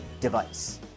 device